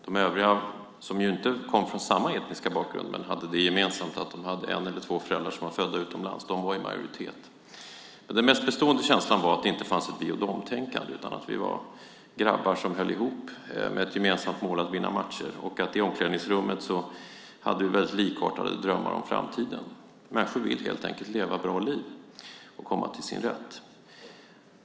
De övriga, som inte kom från samma etniska bakgrund men hade det gemensamt att de hade en eller två föräldrar som var födda utomlands, var i majoritet. Men den mest bestående känslan var att det inte fanns ett vi-och-de-tänkande utan att vi var grabbar som höll ihop med ett gemensamt mål: att vinna matcher. Och i omklädningsrummet hade vi väldigt likartade drömmar om framtiden. Människor vill helt enkelt leva bra liv och komma till sin rätt.